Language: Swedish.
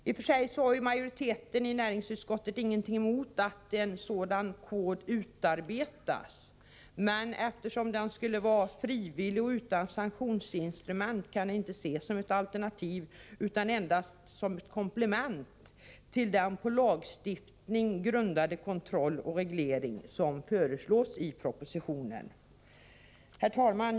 I och för sig har majoriteten i näringsutskottet ingenting emot att en sådan kod utarbetas, men eftersom den skulle vara frivillig och inte utgöra sanktionsinstrument kan den inte ses som ett alternativ utan endast som ett komplement till den på lagstiftning grundade kontroll och reglering som föreslås i propositionen. Herr talman!